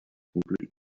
completely